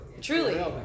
Truly